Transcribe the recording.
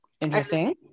Interesting